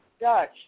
Dutch